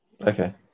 okay